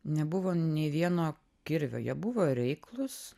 nebuvo nei vieno kirvio jie buvo reiklūs